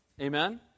Amen